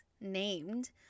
named